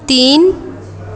तीन